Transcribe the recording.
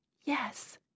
Yes